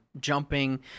jumping